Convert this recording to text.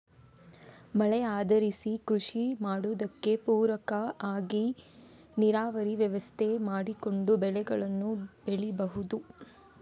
ಮಳೆ ಆಧರಿಸಿ ಕೃಷಿ ಮಾಡುದಕ್ಕೆ ಪೂರಕ ಆಗಿ ನೀರಾವರಿ ವ್ಯವಸ್ಥೆ ಮಾಡಿಕೊಂಡು ಬೆಳೆಗಳನ್ನ ಬೆಳೀಬಹುದು